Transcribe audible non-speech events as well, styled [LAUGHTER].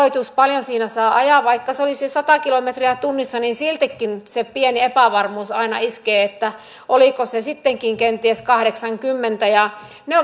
paljonko siinä saa ajaa vaikka se olisi sata kilometriä tunnissa niin siltikin se pieni epävarmuus aina iskee että oliko se sittenkin kenties kahdeksankymmentä ne [UNINTELLIGIBLE]